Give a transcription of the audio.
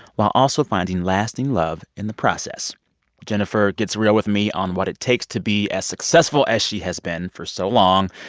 while also finding lasting love in the process jennifer gets real with me on what it takes to be successful as she has been for so long.